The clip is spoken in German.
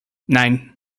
nein